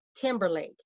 Timberlake